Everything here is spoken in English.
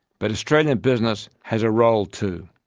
but australian business has a role too.